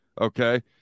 Okay